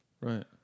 Right